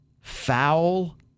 Foul